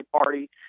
party